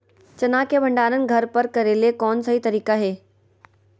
चना के भंडारण घर पर करेले कौन सही तरीका है?